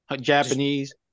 Japanese